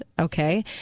Okay